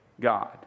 God